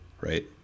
right